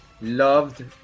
loved